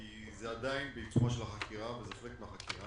כי זה עדיין בעיצומה של החקירה וזה חלק מהחקירה.